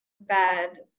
bad